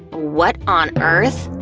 what on earth?